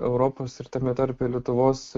europos ir tame tarpe lietuvos